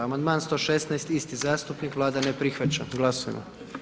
Amandman 116, isti zastupnik, Vlada ne prihvaća, glasujmo.